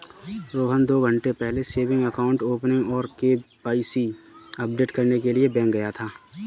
रोहन दो घन्टे पहले सेविंग अकाउंट ओपनिंग और के.वाई.सी अपडेट करने के लिए बैंक गया था